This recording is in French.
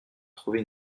trouver